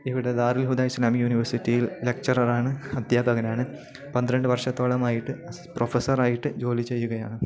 ഇവിടെ ധാരൽഹുദ ഇസ്ലാം യൂണിവേഴ്സിറ്റിൽ ലെക്ച്ചർ ആണ് അധ്യാപകനാണ് പന്ത്രണ്ട് വർഷത്തോളമായിട്ട് പ്രൊഫസ്സർ ആയിട്ട് ജോലി ചെയ്യുകയാണ്